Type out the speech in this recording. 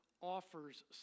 offers